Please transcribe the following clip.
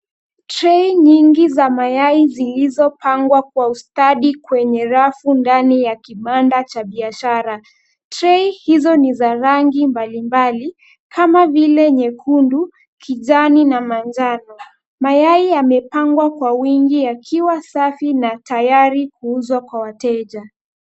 Tray nyingi za mayai zilizopangwa kwa ustadi, kwenye rafu, ndani ya kibadna cha biashara. Tray hizo ni za rangi mbalimbali kama vile nyekundu, kijani na manjano. Mayai yamepangwa kwa wingi, yakiwa safi, na tayari kuuzwa kwa wateja.